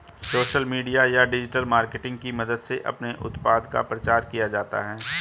social media या digital marketing की मदद से अपने उत्पाद का प्रचार किया जाता है